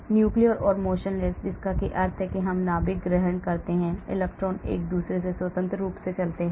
nuclear or motionless जिसका अर्थ है कि हम नाभिक ग्रहण करते हैं इलेक्ट्रॉन एक दूसरे से स्वतंत्र रूप से चलते हैं